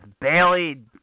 Bailey